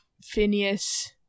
Phineas